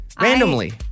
randomly